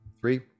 Three